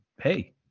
hey